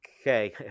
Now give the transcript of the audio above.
Okay